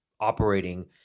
operating